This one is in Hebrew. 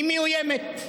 היא מאוימת.